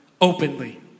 openly